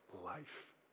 life